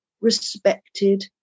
respected